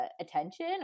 attention